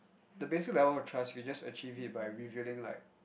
the basic of level of trust you can just achieve it by revealing like